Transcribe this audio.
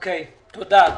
אוקיי, תודה.